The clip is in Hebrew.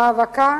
מאבקה,